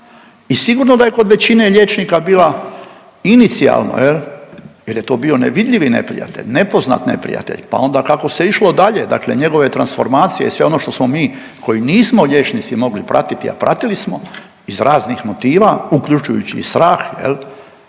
i sigurno da je kod većine liječnika bila inicijalno jel je to bio nevidljivi neprijatelj, nepoznat neprijatelj. Pa onda kako se išlo dalje njegove transformacije i sve ono što smo mi koji nismo liječnici mogli pratiti, a pratili smo iz raznih motiva, uključujući i strah da